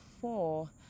four